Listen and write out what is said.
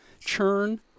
churn